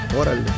órale